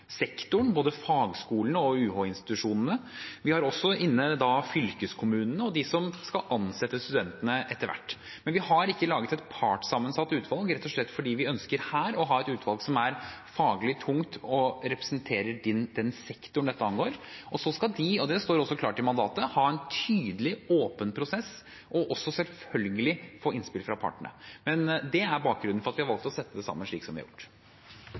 sektoren, både fagskolene og UH-institusjonene. Vi har også inne fylkeskommunene og de som skal ansette studentene etter hvert. Men vi har ikke laget et partssammensatt utvalg, rett og slett fordi vi her ønsker å ha et utvalg som er faglig tungt og representerer den sektoren dette angår, og så skal de – og det står klart i mandatet – ha en tydelig, åpen prosess og også selvfølgelig få innspill fra partene. Det er bakgrunnen for at vi har valgt å sette det sammen slik som vi har gjort.